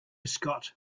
scott